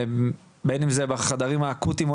בין אם זה בחדרים האקוטים,